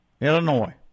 Illinois